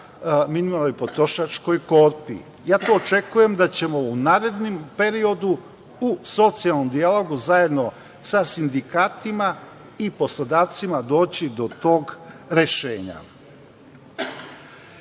minimalnoj potrošačkoj korpi. Očekujem da ćemo u narednom periodu u socijalnom dijalogu zajedno sa sindikatima i poslodavcima doći do tog rešenja. Kažem